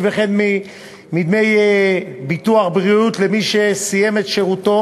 וכן מדמי ביטוח בריאות למי שסיים את שירותו,